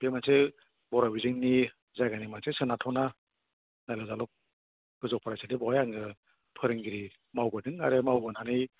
बे मोनसे बर' बिजोंनि जायगानि मोनसे साबना थावना नायल' जाल' गोजौ फरायसालि बेवहाय आङो फोरोंगिरि मावबोदों आरो मावबोनानै